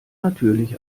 natürlich